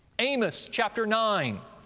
amos, chapter nine,